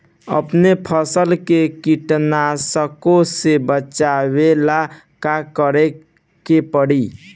अपने फसल के कीटनाशको से बचावेला का करे परी?